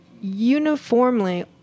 uniformly